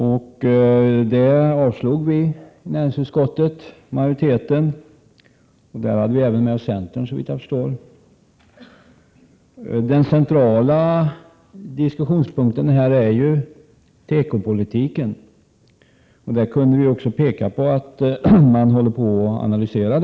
Detta avstyrkte majoriteten i näringsutskottet; där hade vi även med oss centern, såvitt jag förstår. Den centrala diskussionspunkten här är ju tekopolitiken, och där kunde vi peka på att denna håller på att analyseras.